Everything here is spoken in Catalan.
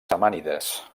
samànides